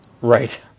Right